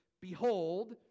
behold